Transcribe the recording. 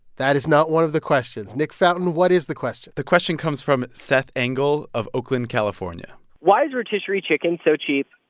that is not one of the questions. nick fountain, what is the question? the question comes from seth angle of oakland, calif ah and why is rotisserie chicken so cheap?